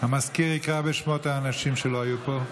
המזכיר יקרא בשמות האנשים שלא היו פה.